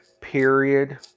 period